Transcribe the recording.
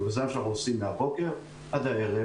זה מה שאנחנו עושים מהבוקר עד הערב.